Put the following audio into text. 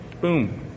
boom